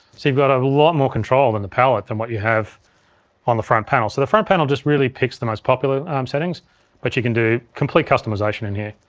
so you've got a lot more control in the palette than what you have on the front panel. so the front panel just really picks the most popular um settings but you can do complete customization in here.